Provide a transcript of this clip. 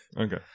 Okay